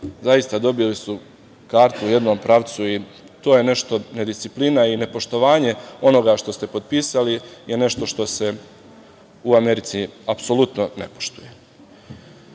zaista dobili su kartu u jednom pravcu i to je nešto, nedisciplina i nepoštovanje onoga što ste potpisali je nešto što se u Americi apsolutno ne poštuje. Ne